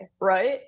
right